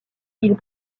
ils